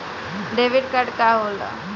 Debit card का होला?